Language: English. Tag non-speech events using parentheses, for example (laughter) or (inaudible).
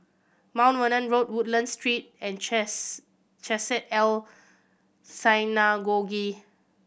Mount Vernon Road Woodlands Street and (unintelligible) Chesed El Synagogue